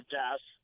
death